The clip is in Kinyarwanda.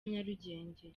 nyarugenge